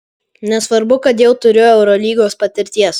nesvarbu kad jau turiu eurolygos patirties